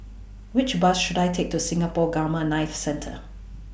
Which Bus should I Take to Singapore Gamma Knife Centre